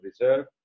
Reserve